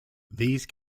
these